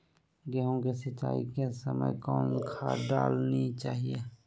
गेंहू के सिंचाई के समय कौन खाद डालनी चाइये?